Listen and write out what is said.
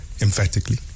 Emphatically